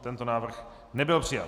Tento návrh nebyl přijat.